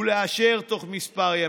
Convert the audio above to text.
ולאשר תוך כמה ימים.